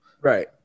Right